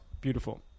beautiful